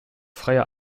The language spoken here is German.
freier